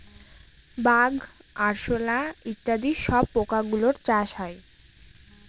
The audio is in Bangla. বাগ, আরশোলা ইত্যাদি সব পোকা গুলোর চাষ হয়